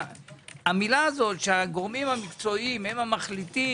המילה הזו שהגורמים המקצועיים הם המחליטים,